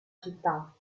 città